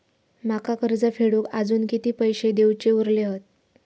माका कर्ज फेडूक आजुन किती पैशे देऊचे उरले हत?